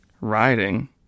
Riding